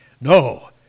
No